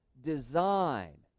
design